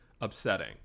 upsetting